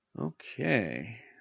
Okay